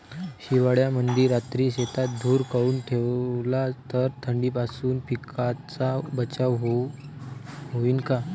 हिवाळ्यामंदी रात्री शेतात धुर करून ठेवला तर थंडीपासून पिकाचा बचाव होईन का?